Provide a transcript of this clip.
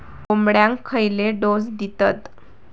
कोंबड्यांक खयले डोस दितत?